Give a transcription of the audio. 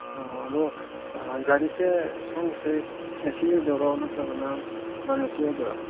ꯑꯣ ꯑꯗꯣ ꯒꯥꯔꯤꯁꯦ ꯁꯣꯝꯒꯤꯁꯦ ꯑꯦ ꯁꯤ ꯑꯣꯏꯗꯣꯏꯔꯣ ꯅꯠꯇ꯭ꯔꯒꯅ ꯅꯟ ꯑꯦ ꯁꯤ ꯑꯣꯏꯗꯣꯏꯔꯣ